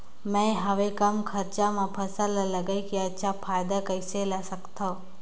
मैं हवे कम खरचा मा फसल ला लगई के अच्छा फायदा कइसे ला सकथव?